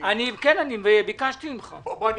ואני שומע גם את הלכי הרוח פה,